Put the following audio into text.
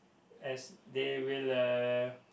as they will uh